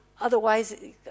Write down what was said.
Otherwise